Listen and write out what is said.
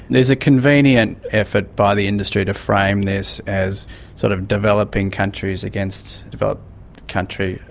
there is a convenient effort by the industry to frame this as sort of developing countries against developed countries,